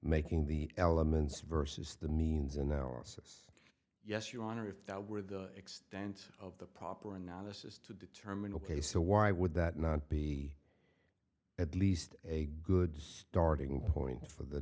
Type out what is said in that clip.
making the elements versus the means in our service yes your honor if that were the extent of the proper analysis to determine ok so why would that not be at least a good starting point for the